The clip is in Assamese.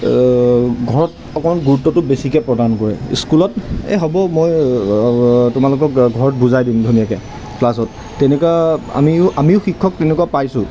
ঘৰত অকণ গুৰুত্বটো বেছিকৈ প্ৰদান কৰে স্কুলত এই হ'ব মই তোমালোকক ঘৰত বুজাই দিম ধুনীয়াকৈ ক্লাছত তেনেকুৱা আমিও আমিও শিক্ষক তেনেকুৱা পাইছোঁ